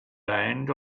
land